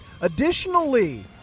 Additionally